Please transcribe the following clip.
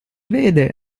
vede